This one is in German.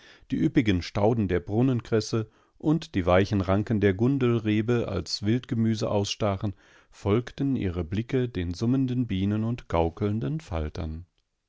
die üppigen stauden der brunnenkresse und die weichen ranken der gundelrebe als wildgemüse ausstachen folgten ihre blicke den summenden bienen und gaukelnden faltern